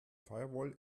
firewall